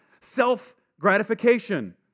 self-gratification